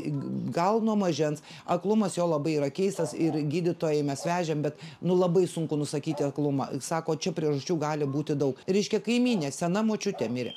gal nuo mažens aklumas jo labai yra keistas ir gydytojai mes vežėm bet nu labai sunku nusakyti aklumą sako čia priežasčių gali būti daug reiškia kaimynė sena močiutė mirė